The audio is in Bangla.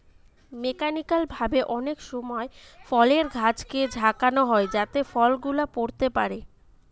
মেকানিক্যাল ভাবে অনেক সময় ফলের গাছকে ঝাঁকানো হয় যাতে ফল গুলা পড়তে পারে